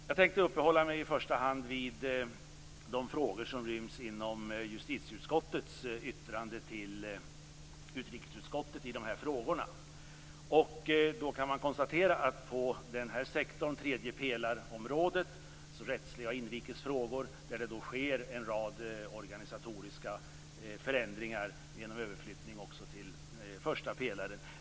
Jag tänkte i första hand uppehålla mig vid de frågor som ryms inom justitieutskottets yttrande till utrikesutskottet. Man kan konstatera att det på tredjepelarområdet, dvs. rättsliga och inrikesfrågor, sker en rad organisatoriska förändringar genom överflyttning till första pelaren.